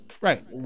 right